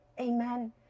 Amen